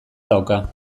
dauka